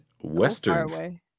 Western